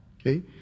okay